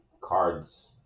cards